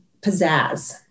pizzazz